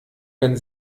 wenn